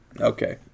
Okay